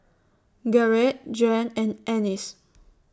Garret Juan and Annis